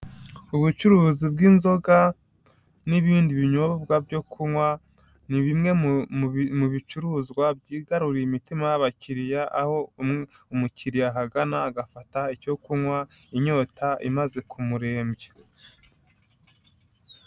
Ubucuruzi bw'inzoga n'ibindi binyobwa byo kunywa ni bimwe mu bicuruzwa byigaruriye imitima y'abakiriya aho umukiriya ahagana agafata icyo kunywa inyota imaze kumurembya.